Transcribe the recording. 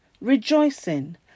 rejoicing